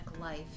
life